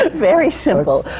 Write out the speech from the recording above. very simple!